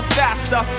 faster